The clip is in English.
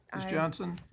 ms. johnson.